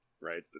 right